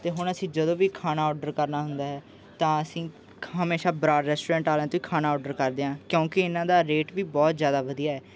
ਅਤੇ ਹੁਣ ਅਸੀਂ ਜਦੋਂ ਵੀ ਖਾਣਾ ਔਡਰ ਕਰਨਾ ਹੁੰਦਾ ਹੈ ਤਾਂ ਅਸੀਂ ਹਮੇਸ਼ਾ ਬਰਾੜ ਰੈਸਟੋਰੈਂਟ ਵਾਲਿਆਂ ਤੋਂ ਹੀ ਖਾਣਾ ਔਡਰ ਕਰਦੇ ਹਾਂ ਕਿਉਂਕਿ ਇਹਨਾਂ ਦਾ ਰੇਟ ਵੀ ਬਹੁਤ ਜ਼ਿਆਦਾ ਵਧੀਆ ਹੈ